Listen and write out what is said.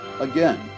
Again